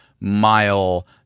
mile